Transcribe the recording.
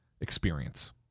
experience